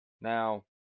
now